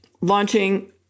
launching